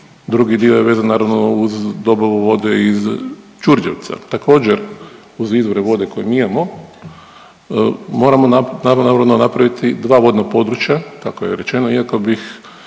Drugi dio je vezan naravno uz dobavu vode iz Đurđevca, također uz izvore vode koje mi imamo. Moramo naravno napraviti dva vodna područja tako je rečeno iako bih